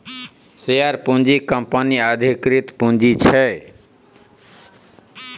share पूँजी कंपनीक अधिकृत पुंजी छै